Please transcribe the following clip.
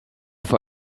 für